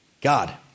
God